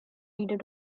reader